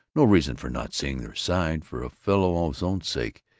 no reason for not seeing their side. for a fellow's own sake,